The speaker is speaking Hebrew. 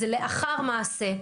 זה לאחר מעשה.